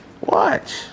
Watch